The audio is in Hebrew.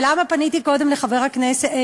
ולמה פניתי קודם לחבר הכנסת,